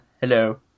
Hello